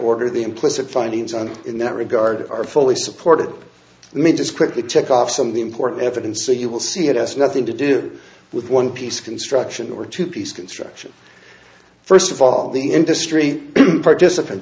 order the implicit findings on in that regard are fully supported let me just quickly check off some of the important evidence so you will see it has nothing to do with one piece construction or two piece construction first of all the industry participant